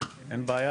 אין לי מה להוסיף.